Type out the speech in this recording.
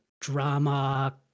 drama